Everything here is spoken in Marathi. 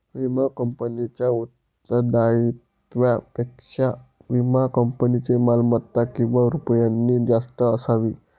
विमा कंपनीच्या उत्तरदायित्वापेक्षा विमा कंपनीची मालमत्ता किती रुपयांनी जास्त असावी?